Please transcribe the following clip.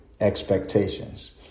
expectations